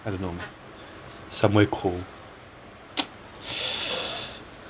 I don't know somewhere cold